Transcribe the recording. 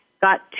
got